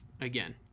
Again